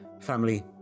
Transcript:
family